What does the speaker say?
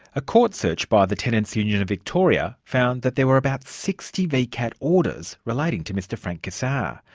a court search by the tenants' union of victoria found that there were about sixty vcat orders relating to mr frank cassar.